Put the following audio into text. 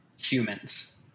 Humans